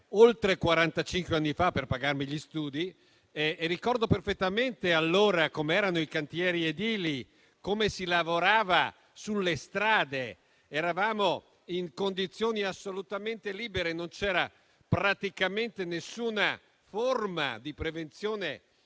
anni fa per pagarmi gli studi e ricordo perfettamente allora com'erano i cantieri edili, come si lavorava sulle strade. Eravamo in condizioni assolutamente libere, non c'era praticamente nessuna forma di prevenzione